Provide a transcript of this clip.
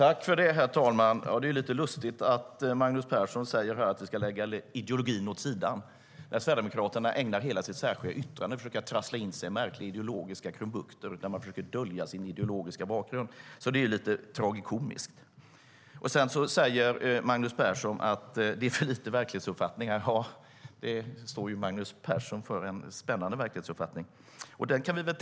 Herr talman! Det är lite lustigt att Magnus Persson säger att vi ska lägga ideologin åt sidan. Sverigedemokraterna ägnar hela sitt särskilda yttrande åt att trassla in sig i märkliga ideologiska krumbukter där de försöker dölja sin ideologiska bakgrund. Det är lite tragikomiskt. Sedan säger Magnus Persson att det är för lite verklighetsuppfattning här, men det är en spännande verklighetsuppfattning Magnus Persson står för.